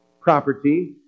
property